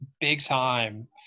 big-time